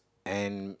and